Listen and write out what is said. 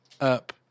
up